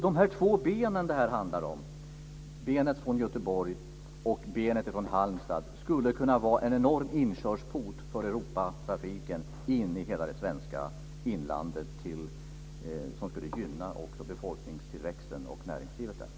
De två ben som detta handlar om - benet från Göteborg och benet från Halmstad - skulle alltså kunna vara en enorm inkörsport för Europatrafiken in i hela det svenska inlandet. Det skulle också gynna befolkningstillväxten och näringslivet där.